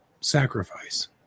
sacrifice